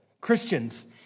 Christians